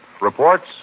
reports